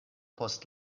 post